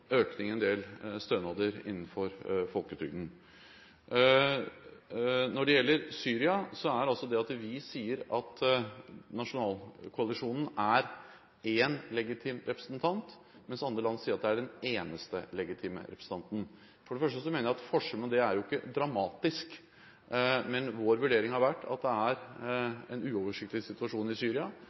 en del stønader innenfor folketrygden. Når det gjelder Syria, sier vi at den nasjonale koalisjonen er én legitim representant, mens andre land sier at det er den eneste legitime representanten. Forskjellen på det er ikke dramatisk, men vår vurdering har vært at det er en uoversiktlig situasjon i Syria.